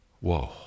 Whoa